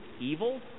evil